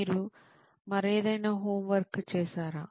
మీరు మరేదైనా హోంవర్క్ చేశారా